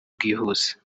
bwihuse